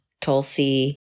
Tulsi